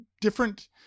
different